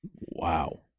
Wow